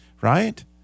Right